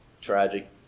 tragic